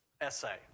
Essay